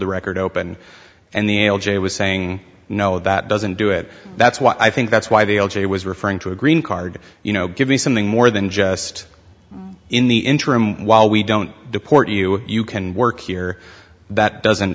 the record open and the l j was saying no that doesn't do it that's what i think that's why the l g was referring to a green card you know give me something more than just in the interim while we don't deport you you can work here that doesn't